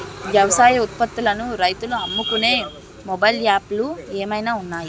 వ్యవసాయ ఉత్పత్తులను రైతులు అమ్ముకునే మొబైల్ యాప్ లు ఏమైనా ఉన్నాయా?